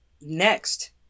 Next